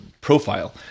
profile